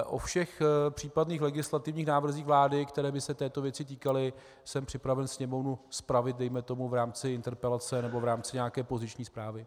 O všech případných legislativních návrzích vlády, které by se této věci týkaly, jsem připraven Sněmovnu zpravit dejme tomu v rámci interpelace nebo v rámci nějaké poziční zprávy.